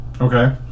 okay